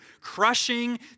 crushing